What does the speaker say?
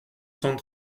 cent